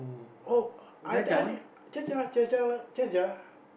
oh I think I think